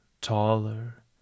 taller